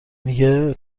میگه